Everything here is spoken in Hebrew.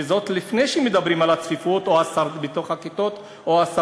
וזאת לפני שמדברים על הצפיפות בתוך הכיתות או על "הסרדינים"?